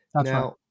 Now